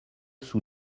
sous